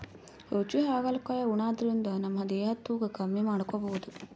ರುಚಿ ಹಾಗಲಕಾಯಿ ಉಣಾದ್ರಿನ್ದ ನಮ್ ದೇಹದ್ದ್ ತೂಕಾ ಕಮ್ಮಿ ಮಾಡ್ಕೊಬಹುದ್